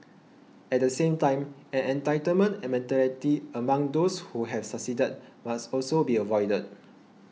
at the same time an entitlement mentality among those who have succeeded must also be avoided